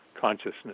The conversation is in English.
consciousness